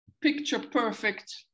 picture-perfect